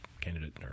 candidate